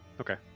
Okay